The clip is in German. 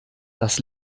das